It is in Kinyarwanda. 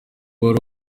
wari